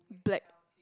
black